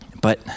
But